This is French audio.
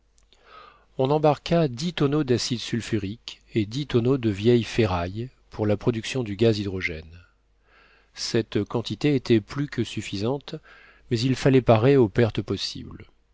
on embarqua dix tonneaux d'acide sulfurique et dix tonneaux de vieille ferraille pour la production du gaz hydrogène cette quantité était plus que suffisante mais il fallait parer aux pertes possibles